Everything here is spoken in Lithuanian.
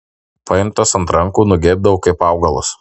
paimtas ant rankų nugeibdavo kaip augalas